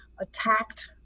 attacked